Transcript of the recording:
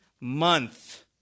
month